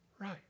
right